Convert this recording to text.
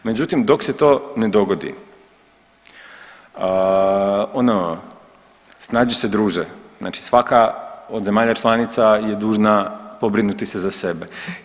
Međutim, dok se to ne dogodi ono snađi se druže, znači svaka od zemalja članica je dužna pobrinuti se za sebe.